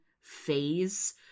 phase